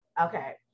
Okay